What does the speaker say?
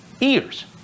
ears